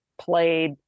played